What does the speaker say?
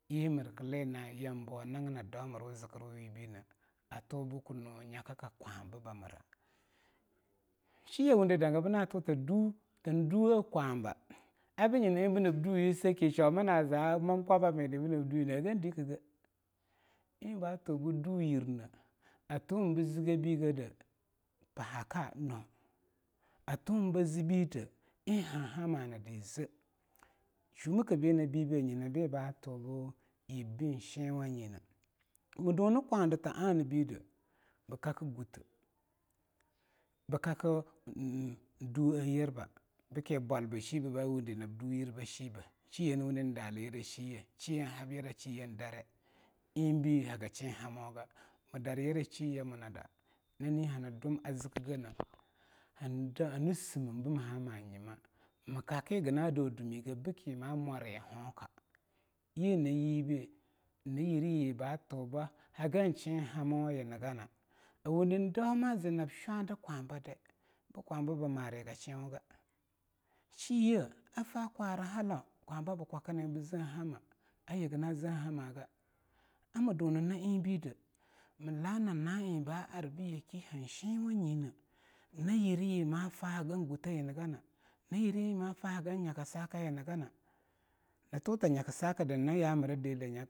Yii mir kealinah yambo nagina daumirwu zikir wurawe bine, a thubu kii nu nyakaka kwababamira sheaye danga bii na tuna du tan duwoeah kwabe abii nyina eing bii nab duyire sake shoma na zo mamkwabamidi nab duwene hagin deakigeh eing baa tuhbu dunhyirnea tuwumbu zige bi gade, pahaka noah a tuwumbi ze bide eing han hamanida zeah shumiki beana bebe nyinabii ba thuhbu yib bean shenwanyine ii duni kwadita anabide bii kakki gotteh, bii kakki duwoeah yirba bikeah bwalba sheabe ba wundi nab duh yirba sheabe sheaye nii wundi daali yira sheaye sheaye hab yira sheaye eing darreah eing bii hagi shenhamoga mii dar yira sheaye munada nani hani dum a ziki geneah hani simim bii ha ma nyima mii kakki hagina dau dumigeh beaki ma mwari honka yea na yibe nyina yireyi ba tubu hagan shen hamawa yina ganah a wundi daung ma zinab shwadi kwaba dai, kwaba bii mariga shen wunga sheayeh a faa kwara halau kwahba bii kwakini bean zean hamo, ar yii hagina zean hamaga amii dunni na eingbi deah mii la na na eing ba arbii yake han shenwanyine yina yireyi maa fa hagin gutteh yina ganah, nyina yere yi ma fa hagan nyaki saakayina ganah nii tuhta nyaki sakida nyira ya mira deleh nya.